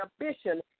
ambition